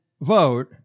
vote